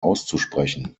auszusprechen